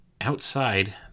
outside